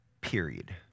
period